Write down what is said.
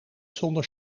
zonder